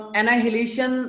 Annihilation